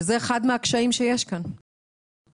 וזה אחד מהקשיים שיש כאן בוועדה.